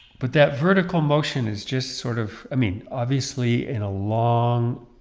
but that vertical motion is just sort of, i mean obviously in a long.